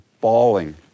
bawling